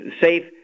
safe